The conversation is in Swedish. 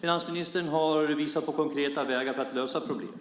Finansministern har visat på konkreta vägar för att lösa problemet.